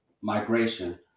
migration